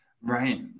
Right